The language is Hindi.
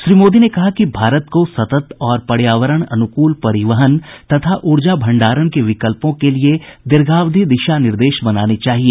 श्री मोदी ने कहा कि भारत को सतत और पर्यावरण अनुकूल परिवहन तथा ऊर्जा भंडारण विकल्पों के लिए दीर्घावधि दिशा निर्देश बनाने चाहिए